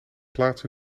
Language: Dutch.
plaats